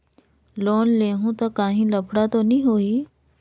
Loan लेहूं ता काहीं लफड़ा तो नी होहि?